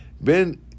Ben